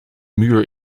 muur